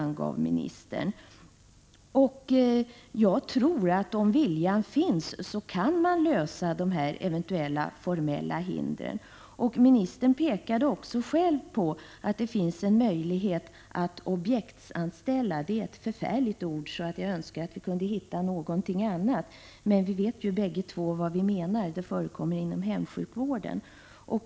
Jag tror att man, om viljan finns, kan lösa sådana eventuella hinder. Ministern pekade själv på möjligheten att objektsanställa — det är ett förfärligt ord, och jag önskar att vi kunde hitta ett annat uttryck, men vi vet ju båda vad som menas med objektsanställning, som förekommer inom hemsjukvården.